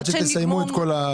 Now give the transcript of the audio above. עד שתסיימו את כל הסבב?